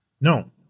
No